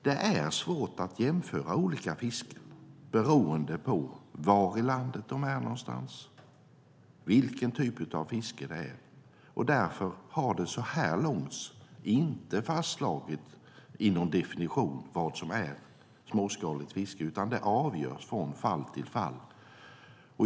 Det är svårt att jämföra olika fisken beroende på var i landet det är och vilken typ av fiske det är. Därför har det så här långt inte fastslagits i någon definition vad som är småskaligt fiske, utan det avgörs från fall till fall.